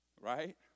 Right